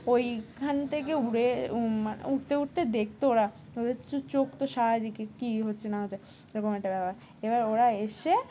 ওইখান থেকে উড়ে মানে উঠতে উঠতে দেখতো ওরা ওদের চোখ তো সারাদিকে কী হচ্ছে না হচ্ছে এরকম একটা ব্যাপার এবার ওরা এসে